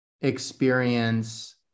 experience